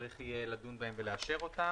שצריך יהיה לדון בהם ולאשר אותם.